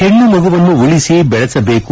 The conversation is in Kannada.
ಹೆಣ್ಣು ಮಗುವನ್ನು ಉಳಿಸಿ ಬೆಳಸಬೇಕು